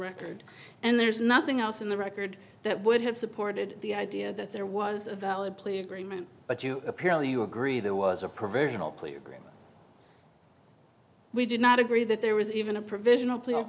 record and there's nothing else in the record that would have supported the idea that there was a valid plea agreement but you apparently you agree there was a provisional plea agreement we did not agree that there was even a provisional pl